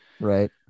right